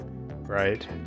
right